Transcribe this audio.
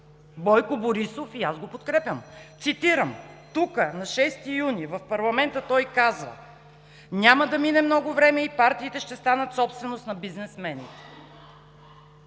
Бойко Борисов. И аз го подкрепям. Тук на 6 юни в парламента той каза, цитирам: „Няма да мине много време и партиите ще станат собственост на бизнесмени.“